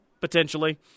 potentially